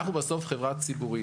אנחנו בסוף חברה ציבורית.